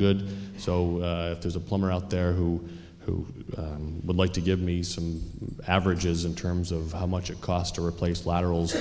good so there's a plumber out there who who would like to give me some averages in terms of how much it cost to replace laterals